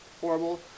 horrible